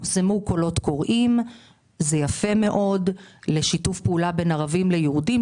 פורסמו קולות קוראים לשיתוף פעולה בין ערבים ליהודים,